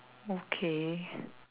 okay